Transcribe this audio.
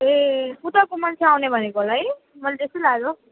ए उताको मान्छे आउने भनेको होला है मलाई त्यस्तै लाग्यो